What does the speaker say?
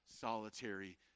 solitary